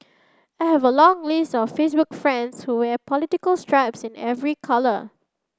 I have a long list of Facebook friends who wear political stripes in every colour